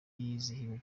yizihiwe